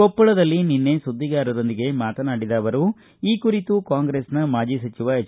ಕೊಪ್ಪಳದಲ್ಲಿ ನಿನ್ನೆ ಸುದ್ದಿಗಾರರೊಂದಿಗೆ ಮಾತನಾಡಿದ ಅವರು ಈ ಕುರಿತು ಕಾಂಗ್ರೆಸ್ನ ಮಾಜಿ ಸಚಿವ ಎಚ್